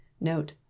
Note